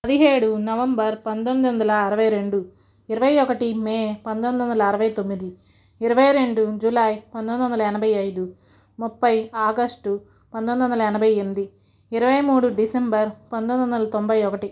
పదిహేడు నవంబర్ పంతొమ్మిది వందల అరవై రెండు ఇరవై ఒకటి మే పంతొమ్మిది వందల అరవై తొమ్మిది ఇరవై రెండు జూలై పంతొమ్మిది వందల ఎనభై ఐదు ముప్పై ఆగష్టు పంతొమ్మిది వందల ఎనభై ఎనిమిది ఇరవై మూడు డిసెంబర్ పంతొమ్మిది వందల తొంభై ఒకటి